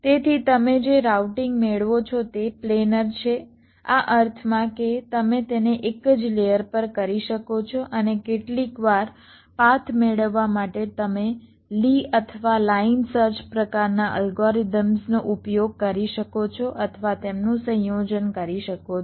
તેથી તમે જે રાઉટિંગ મેળવો છો તે પ્લેનર છે આ અર્થમાં કે તમે તેને એક જ લેયર પર કરી શકો છો અને કેટલીક વાર પાથ મેળવવા માટે તમે લી અથવા લાઇન સર્ચ પ્રકારના અલ્ગોરિધમ્સ નો ઉપયોગ કરી શકો છો અથવા તેમનું સંયોજન કરી શકો છો